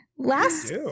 last